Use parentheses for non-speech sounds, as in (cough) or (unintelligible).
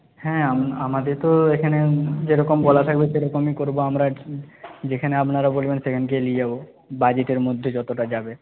হ্যাঁ (unintelligible) আমাদের তো এখানে যেরকম বলা (unintelligible) থাকবে সেরকমই করব আমরা (unintelligible) যেখানে আপনারা বলবেন সেখানকেই নিয়ে যাবো বাজেটের মধ্যে যতটা যাবে